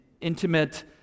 intimate